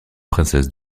princesse